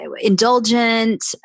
indulgent